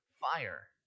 fire